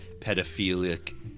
pedophilic